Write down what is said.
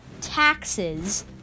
taxes